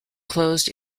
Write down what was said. closed